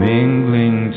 Mingling